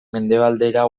mendebaldera